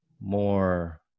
more